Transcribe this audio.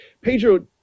Pedro